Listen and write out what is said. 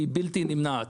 והיא בלתי נמנעת.